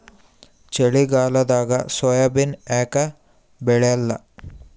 ಚಳಿಗಾಲದಾಗ ಸೋಯಾಬಿನ ಯಾಕ ಬೆಳ್ಯಾಲ?